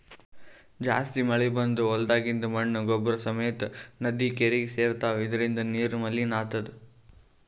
ಜಾಸ್ತಿ ಮಳಿ ಬಂದ್ ಹೊಲ್ದಾಗಿಂದ್ ಮಣ್ಣ್ ಗೊಬ್ಬರ್ ಸಮೇತ್ ನದಿ ಕೆರೀಗಿ ಸೇರ್ತವ್ ಇದರಿಂದ ನೀರು ಮಲಿನ್ ಆತದ್